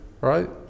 right